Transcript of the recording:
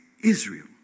Israel